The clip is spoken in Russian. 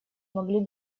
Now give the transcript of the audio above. могли